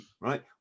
right